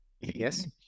Yes